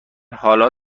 حالا